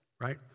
Right